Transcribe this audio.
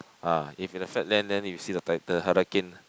ah if in the flat land then you see the title hurricane